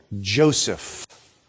Joseph